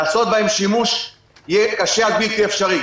לעשות בהן שימוש יהיה קשה עד בלתי אפשרי.